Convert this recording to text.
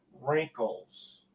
wrinkles